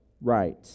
right